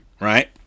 right